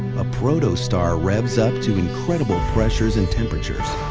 a protostar revs up to incredible pressures and temperatures.